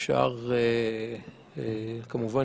כמובן,